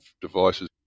devices